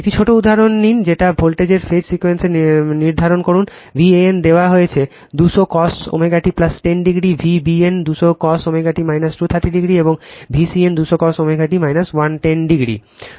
একটি ছোট উদাহরণ নিন সেট ভোল্টেজের ফেজ সিকোয়েন্স নির্ধারণ করুন ভ্যান দেওয়া হয়েছে 200 cos ω t 10o Vbn 200 cos ω t 230o এবং Vcn 200 cos ω t 110o